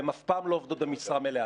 והן אף פעם לא עובדות במשרה מלאה.